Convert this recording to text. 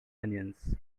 onions